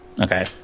Okay